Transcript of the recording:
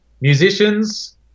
musicians